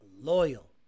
Loyal